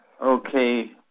Okay